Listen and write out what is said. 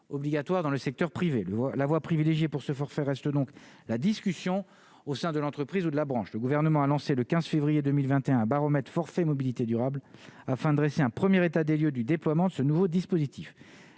obligatoire dans le secteur privé le la voie privilégiée pour ce forfait reste donc la discussion au sein de l'entreprise ou de la branche, le gouvernement a lancé le 15 février 2021 baromètre forfait mobilité durable afin dresser un 1er : état des lieux du déploiement de ce nouveau dispositif,